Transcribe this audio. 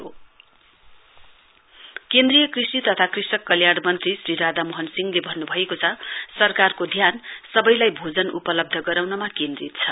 world food day केद्रीय कृषि तथा कृषक कल्याण मन्त्री श्री राधा मोहन सिंहले भन्न्भएको छ सरकारको ध्यान सवैलाई भोजन उपलब्ध गराउनमा केन्द्रित छ